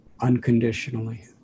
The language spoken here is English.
unconditionally